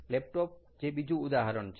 laptop જે બીજું ઉદાહરણ છે